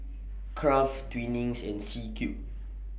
Kraft Twinings and C Cube